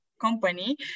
company